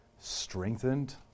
strengthened